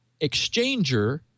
exchanger